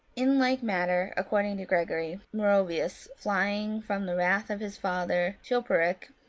in like manner, according to gregory, merovius, flying from the wrath of his father chilperic,